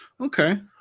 Okay